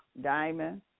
Diamond